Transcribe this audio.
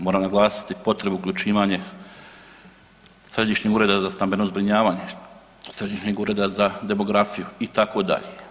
Moram naglasiti potrebu uključivanja Središnjeg ureda za stambeno zbrinjavanje, Središnjeg ureda za demografiju itd.